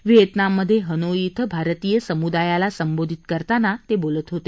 व्हिएतनाममध्ये Hanoi इथं भारतीय समुदायाला संबोधित करताना ते बोलत होते